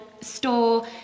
store